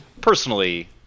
personally